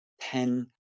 ten